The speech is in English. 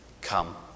Come